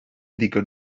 ddigon